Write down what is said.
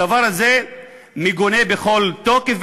הדבר הזה מגונה בכל תוקף,